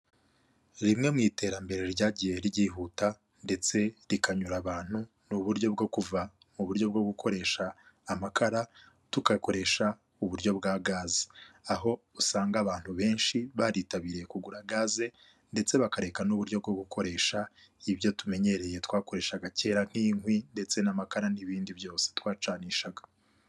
Rimwe mu iterambere ryagiye ryihuta ndetse rikanyura abantu n'uburyo bwo kuva mu buryo bwo gukoresha amakara tukayakoresha uburyo bwa gaz aho usanga abantu benshi baritabiriye kugura gaze ndetse bakareka n'uburyo bwo gukoresha ibyo tumenyereye twakoreshaga kera nk'inkwi ndetse n'amakara n'ibindi byose twacanishaga.